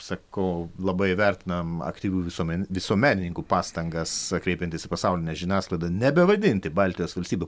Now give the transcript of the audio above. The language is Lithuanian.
sakau labai vertinam aktyvių visuomen visuomenininkų pastangas kreipiantis į pasaulinę žiniasklaidą nebevadinti baltijos valstybių